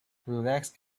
relaxed